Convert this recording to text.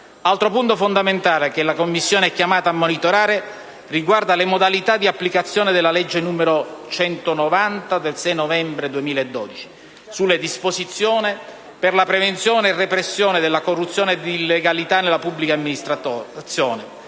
altro punto fondamentale che la Commissione è chiamata a monitorare riguarda le modalità di applicazione della legge 6 novembre 2012, n. 190, recante disposizioni per la prevenzione e la repressione della corruzione e dell'illegalità nella pubblica amministrazione,